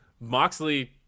Moxley